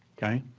okay?